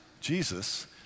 Jesus